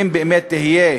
ואם באמת יהיה